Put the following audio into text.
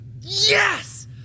Yes